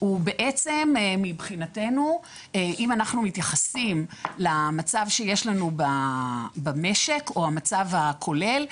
אם אנחנו מתייחסים למצב שיש לנו במשק או המצב הכולל,